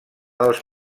dels